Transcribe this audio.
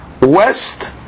west